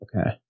Okay